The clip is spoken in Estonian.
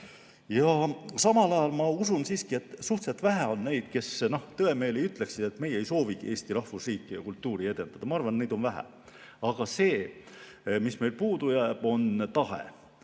Samal ajal ma usun siiski, et suhteliselt vähe on neid, kes tõemeeli ütleksid, et meie ei soovigi Eesti rahvusriiki ja kultuuri edendada. Ma arvan, et neid on vähe. Aga see, mis meil puudu jääb, on tahe.